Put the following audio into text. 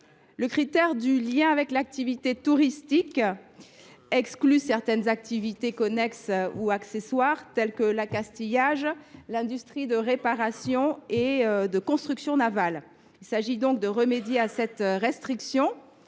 le critère du lien avec l’activité touristique retenu dans ce dispositif en exclut certaines activités connexes ou accessoires, telles que l’accastillage, l’industrie de réparation et de construction navale. Il s’agit donc de remédier à cette restriction,